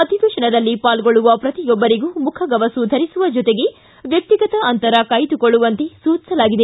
ಅಧಿವೇತನದಲ್ಲಿ ಪಾಲ್ಗೊಳ್ಳುವ ಪ್ರತಿಯೊಬ್ಬರೂ ಮುಖಗವಸು ಧರಿಸುವ ಜೊತೆಗೆ ವ್ಯಕ್ತಿಗತ ಅಂತರ ಕಾಯ್ದುಕೊಳ್ಳುವಂತೆ ಸೂಚಿಸಲಾಗಿದೆ